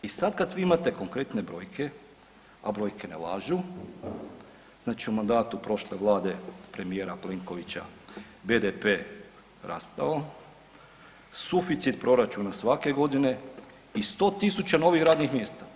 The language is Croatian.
I sad kad vi imate konkretne brojke a brojke ne lažu, znači u mandatu prošle Vlade premijera Plenkovića, BDP rastao, suficit proračuna svake godine i 100 000 novih radnih mjesta.